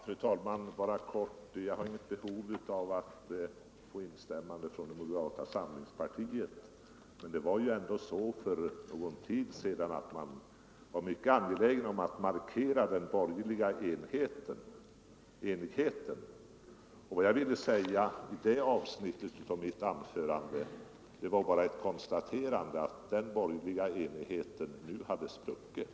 Fru talman! Jag har inget behov av att få instämmanden från moderata 145 samlingspartiet, men det var ju ändå så för någon tid sedan att man var mycket angelägen om att markera den borgerliga enigheten. Och vad jag ville säga i det avsnittet av mitt anförande var bara att jag konstaterade att den borgerliga enigheten nu hade spruckit.